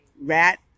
rat